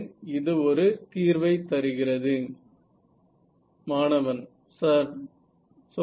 இது ஒரு தீர்வைத் தருகிறது மாணவன் சார் சொல்லுங்க